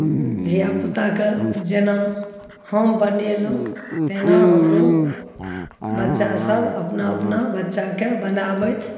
ई धियापुताके जेना हम बनेलहुॅं तेना हमरो बच्चा सब अपना अपना बच्चाके बनाबैथि